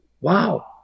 wow